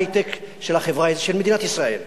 קריית ההיי-טק של מדינת ישראל,